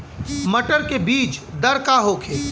मटर के बीज दर का होखे?